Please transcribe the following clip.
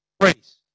grace